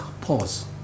pause